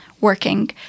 working